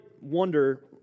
wonder